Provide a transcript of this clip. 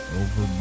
over